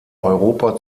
europa